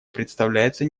представляется